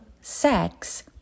sex